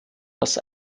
was